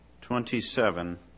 twenty-seven